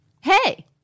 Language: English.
Hey